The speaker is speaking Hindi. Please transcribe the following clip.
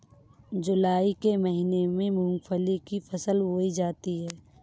जूलाई के महीने में मूंगफली की फसल बोई जाती है